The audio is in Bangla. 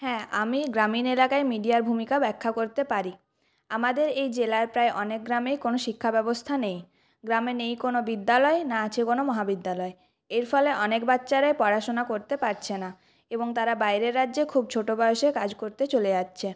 হ্যাঁ আমি গ্রামীন এলাকায় মিডিয়ার ভূমিকা ব্যাখ্যা করতে পারি আমাদের এই জেলার প্রায় অনেক গ্রামেই কোনো শিক্ষাব্যবস্থা নেই গ্রামে নেই কোনো বিদ্যালয় না আছে কোনো মহাবিদ্যালয় এরফলে অনেক বাচ্চারাই পড়াশোনা করতে পারছে না এবং তারা বাইরের রাজ্যে খুব ছোটো বয়সে কাজ করতে চলে যাচ্ছে